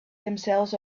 themselves